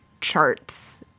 charts